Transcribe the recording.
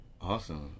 Awesome